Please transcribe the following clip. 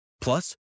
Plus